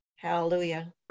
Hallelujah